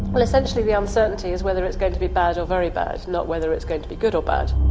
but essentially the uncertainty is whether it's going to be bad or very bad, not whether it's going to be good or bad.